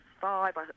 five